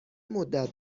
مدّت